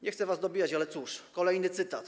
Nie chcę was dobijać, ale cóż, kolejny cytat.